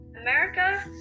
America